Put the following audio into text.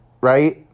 right